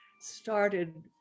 started